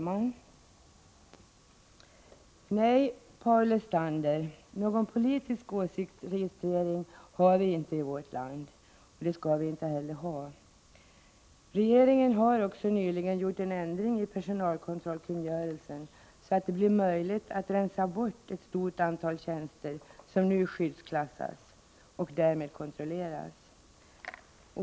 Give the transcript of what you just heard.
Herr talman! Nej, Paul Lestander, någon politisk åsiktsregistrering har vi inte i vårt land, och det skall vi inte heller ha. Regeringen har också nyligen gjort en ändring i personalkontrollkungörelsen, så att det blir möjligt att rensa bort ett stort antal tjänster som nu skyddsklassas och därmed kontrolleras.